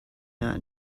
not